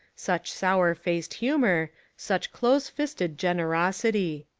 such sour-faced humour, such close-fisted generosity.